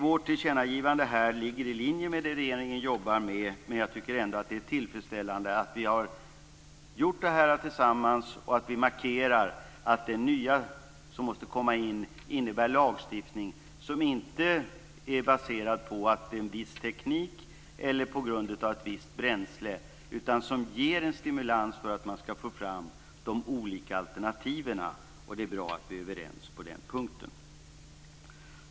Vårt tillkännagivande här ligger i linje med det regeringen jobbar med. Jag tycker ändå att det är tillfredsställande att vi har gjort det tillsammans och att vi markerar att det nya som måste komma innebär lagstiftning. Den ska inte vara baserad på att det är en viss teknik eller ett visst bränsle utan ska ge en stimulans för att man ska få fram de olika alternativen. Det är bra att vi är överens på den punkten.